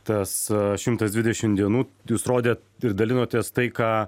tas šimtas dvidešim dienų jūs rodėt ir dalinotės tai ką